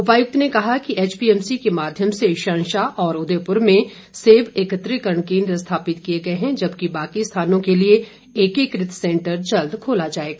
उपायुक्त ने कहा कि एचपीएमसी के माध्यम से शंशा और उदयपुर में सेब एकत्रीकरण केन्द्र स्थापित किए गए हैं जबकि बाकी स्थानों के लिए एकीकृत सैंटर जल्द खोला जाएगा